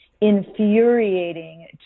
infuriating